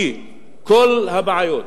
כי כל הבעיות,